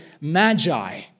magi